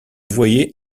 voyez